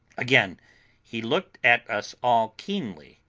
again he looked at us all keenly.